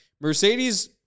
Mercedes